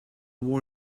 war